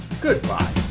Goodbye